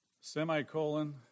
Semicolon